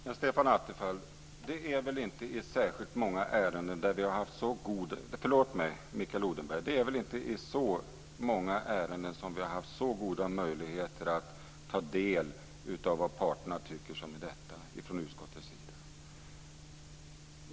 Fru talman! Mikael Odenberg, det är väl inte i särskilt många ärenden som vi från utskottets sida har haft så goda möjligheter att ta del av vad parterna tycker som i detta?